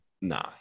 Nah